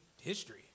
history